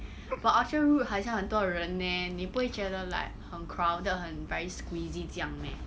but orchard route 好像很多人 leh 你不会觉得 like 很 crowded 很 very squeeze 这样 meh